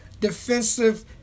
defensive